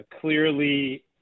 clearly